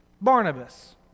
Barnabas